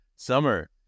Summer